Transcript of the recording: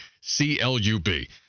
C-L-U-B